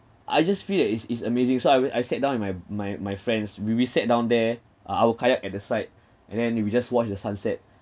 I just feel that it's it's amazing so I I sat down with my my my friends we we sat down there uh our kayak at the side and then we we just watched the sunset